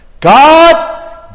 God